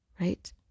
right